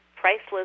priceless